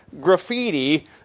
graffiti